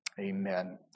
Amen